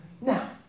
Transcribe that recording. Now